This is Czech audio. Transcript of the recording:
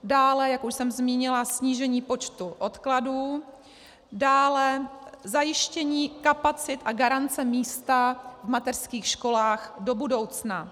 Dále, jak už jsem zmínila, snížení počtu odkladů, dále zajištění kapacit a garance místa v mateřských školách do budoucna.